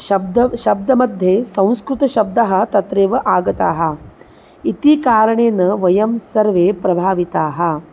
शब्दः शब्दमध्ये संस्कृतशब्दः तत्रैव आगताः इति कारणेन वयं सर्वे प्रभाविताः